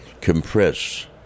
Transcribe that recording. compress